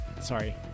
Sorry